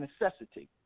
necessity